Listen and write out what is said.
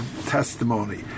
testimony